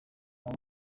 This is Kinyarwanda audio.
abo